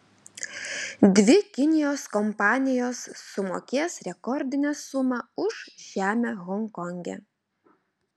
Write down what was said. dvi kinijos kompanijos sumokės rekordinę sumą už žemę honkonge